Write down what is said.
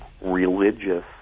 religious